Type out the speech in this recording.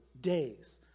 days